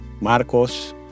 Marcos